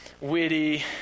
witty